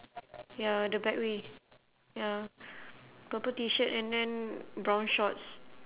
ya the back way ya purple T-shirt and then brown shorts